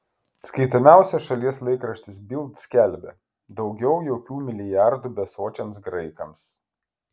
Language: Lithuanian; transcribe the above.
skaitomiausias šalies laikraštis bild skelbia daugiau jokių milijardų besočiams graikams